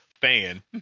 fan